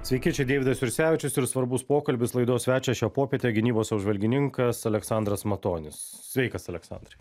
sveiki čia deividas jursevičius ir svarbus pokalbis laidos svečias šią popietę gynybos apžvalgininkas aleksandras matonis sveikas aleksandrai